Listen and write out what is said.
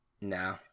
No